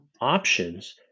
options